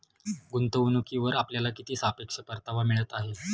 गुंतवणूकीवर आपल्याला किती सापेक्ष परतावा मिळत आहे?